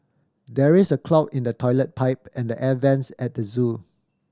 there is a clog in the toilet pipe and the air vents at the zoo